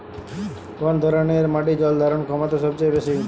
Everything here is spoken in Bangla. কোন ধরণের মাটির জল ধারণ ক্ষমতা সবচেয়ে বেশি?